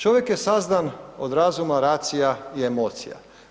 Čovjek je sazdan od razuma, racia i emocija.